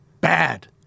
Bad